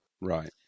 Right